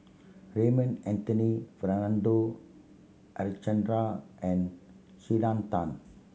Raymond Anthony Fernando Harichandra and Selena Tan